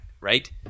right